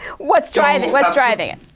what's driving what's driving it?